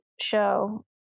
show